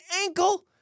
ankle